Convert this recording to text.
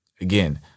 again—